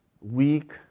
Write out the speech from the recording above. weak